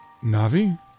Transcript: Navi